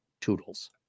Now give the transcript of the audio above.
Toodles